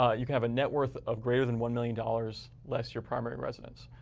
you can have a net worth of greater than one million dollars, less your primary residence.